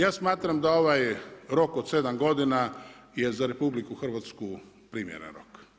Ja smatram da ovaj rok od 7 godina je za RH primjeren rok.